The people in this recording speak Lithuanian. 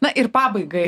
na ir pabaigai